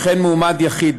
וכן מועמד יחיד,